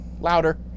louder